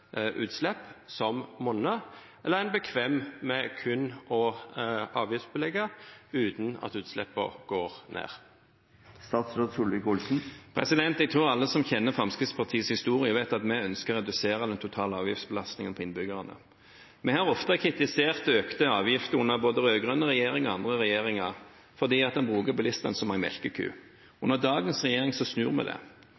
som monar. Eller er han tilfreds med berre å leggja på avgiftene utan at utsleppa går ned? Jeg tror alle som kjenner Fremskrittspartiets historie, vet at vi ønsker å redusere den totale avgiftsbelastningen på innbyggerne. Vi har ofte kritisert økte avgifter under både den rød-grønne og andre regjeringer fordi man har brukt bilistene som melkeku.